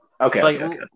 Okay